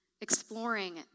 exploring